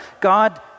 God